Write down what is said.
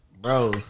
Bro